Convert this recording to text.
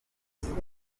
zituma